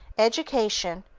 education,